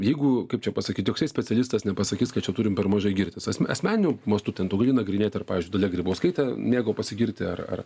jeigu kaip čia pasakyt joksai specialistas nepasakys kad čia turim per mažai girtis asme asmeniniu mastu ten tu gali nagrinėt ar pavyzdžiui dalia grybauskaitė mėgo pasigirti ar ar